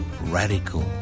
radical